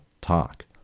talk